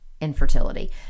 infertility